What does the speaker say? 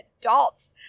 adults